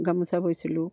গামোচা বৈছিলোঁ